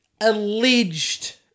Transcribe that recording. alleged